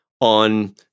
on